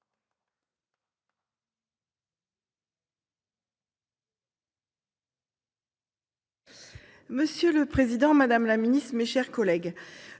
Monsieur le président, madame la ministre, mes chers collègues,